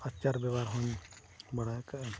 ᱟᱪᱟᱨ ᱵᱮᱵᱷᱟᱨ ᱦᱚᱧ ᱵᱟᱲᱟᱭ ᱟᱠᱟᱫᱼᱟ